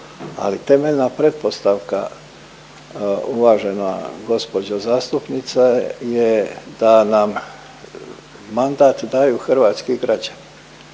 temeljna pretpostavka uvažena gospođo zastupnice je da nam mandat daju hrvatski građani.